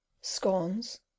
scones